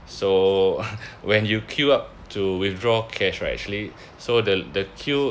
so when you queue up to withdraw cash right actually so the the queue